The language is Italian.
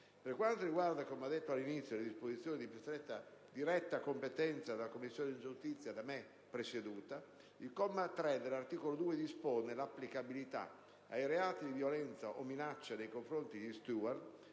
Per quanto riguarda le disposizioni di più diretta competenza della Commissione giustizia da me presieduta, il comma 3 dell'articolo 2 dispone l'applicabilità ai reati di violenza o minaccia nei confronti degli